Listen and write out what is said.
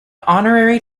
honorary